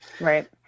Right